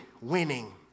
winning